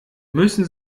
müssen